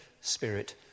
Spirit